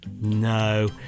No